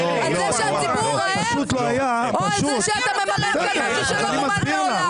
על זה שהציבור רעב או על זה שאתה מממן פה משהו שלא מומן מעולם?